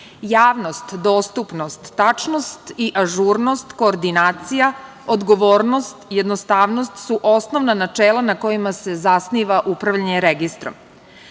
Javnost, dostupnost, tačnost i ažurnost, koordinacija, odgovornost, jednostavnost su osnovna načela na kojima se zasniva upravljanje registrom. Ovim